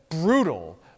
brutal